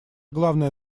главная